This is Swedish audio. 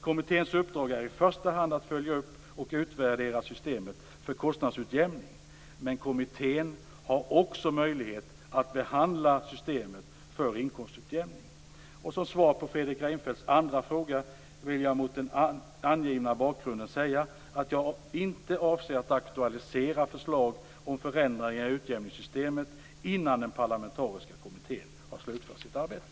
Kommitténs uppdrag är i första hand att följa upp och utvärdera systemet för kostnadsutjämning, men kommittén har också möjlighet att behandla systemet för inkomstutjämning. Som svar på Fredrik Reinfeldts andra fråga vill jag mot den angivna bakgrunden säga att jag inte avser att aktualisera förslag om förändringar i utjämningssystemet innan den parlamentariska kommittén har slutfört sitt arbete.